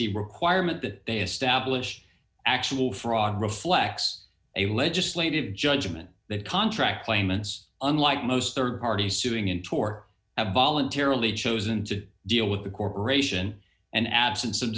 the requirement that they establish actual fraud reflects a legislative judgment that contract claimants unlike most rd party suing in tort have bolland terribly chosen to deal with the corporation and absence of